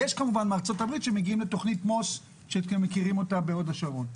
יש גם מארצות הברית שמגיעים לתוכנית מוס בהוד השרון.